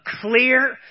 clear